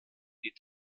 die